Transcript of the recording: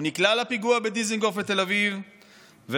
הוא נקלע לפיגוע בדיזינגוף בתל אביב ולא